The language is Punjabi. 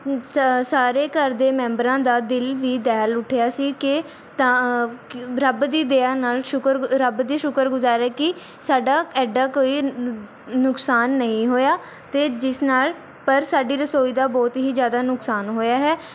ਸ ਸਾਰੇ ਘਰ ਦੇ ਮੈਂਬਰਾਂ ਦਾ ਦਿਲ ਵੀ ਦਹਿਲ ਉੱਠਿਆ ਸੀ ਕਿ ਤਾਂ ਰੱਬ ਦੀ ਦਇਆ ਨਾਲ ਸ਼ੁਕਰ ਰੱਬ ਦੇ ਸ਼ੁਕਰ ਗੁਜ਼ਾਰ ਹਾਂ ਕਿ ਸਾਡਾ ਐਡਾ ਕੋਈ ਨੁਕਸਾਨ ਨਹੀਂ ਹੋਇਆ ਅਤੇ ਜਿਸ ਨਾਲ ਪਰ ਸਾਡੀ ਰਸੋਈ ਦਾ ਬਹੁਤ ਹੀ ਜ਼ਿਆਦਾ ਨੁਕਸਾਨ ਹੋਇਆ ਹੈ